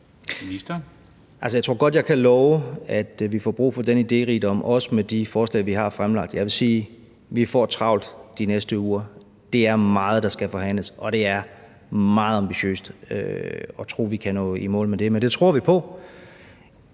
jeg tror godt, jeg kan love, at vi får brug for den idérigdom, også med de forslag, vi har fremlagt. Jeg vil sige: Vi får travlt de næste uger. Det er meget, der skal forhandles, og det er meget ambitiøst at tro, at vi kan nå i mål med det. Men det tror vi på.